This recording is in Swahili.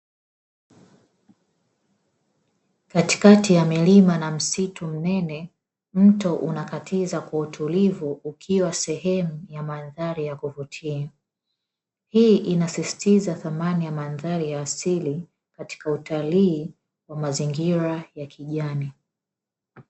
Katikati ya milima na msitu mnene mto unakatiza kwa utulivu ukiwa sehemu ya mandhari ya kuvutia, hii inasisitiza samani ya mandhari ya asili katika utalii wa mazingira ya kijani.